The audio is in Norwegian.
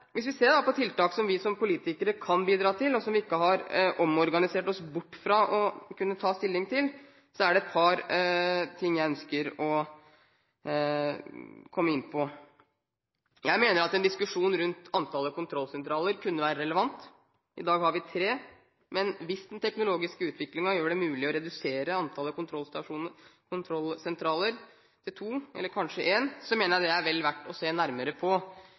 Hvis vi ser på tiltak som vi som politikere kan bidra til, og som vi ikke har omorganisert oss bort fra å kunne ta stilling til, er det et par ting jeg ønsker å komme inn på. Jeg mener at en diskusjon rundt antallet kontrollsentraler kunne være relevant. I dag har vi tre. Men hvis den teknologiske utviklingen gjør det mulig å redusere antallet kontrollsentraler til to, eller kanskje til én, mener jeg det er vel verdt å se nærmere på.